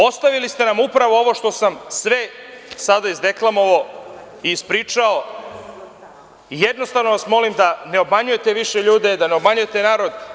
Ostavili ste nam upravo ovo što sam sada izdeklamovao, ispričao i jednostavno vas molim da ne obmanjujete više ljude, da ne obmanjujete narod.